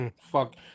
fuck